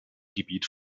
gebiet